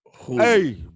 Hey